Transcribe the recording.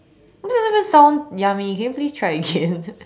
that doesn't even sound yummy can you please try again